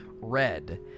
Red